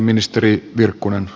ministeri virkkunen